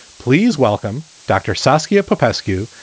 please welcome dr. saskia papasso you.